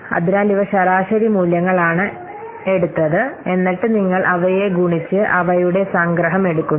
അതിനാൽ ഇവ ശരാശരി മൂല്യങ്ങളാണ് എടുത്തത് എന്നിട്ട് നിങ്ങൾ അവയെ ഗുണിച്ച് അവയുടെ സംഗ്രഹം എടുക്കുന്നു